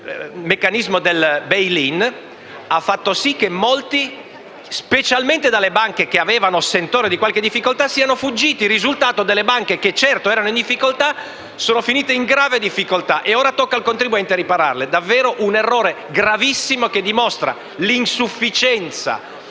meccanismo del *bail in* ha fatto sì che molti, specialmente dalle banche che avevano il sentore di qualche difficoltà, siano fuggiti. Il risultato è che le banche che già erano in difficoltà sono finite in grave difficoltà e ora tocca al contribuente ripararle: davvero un errore gravissimo che dimostra l'insufficienza